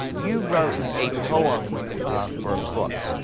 you wrote a poem for a book,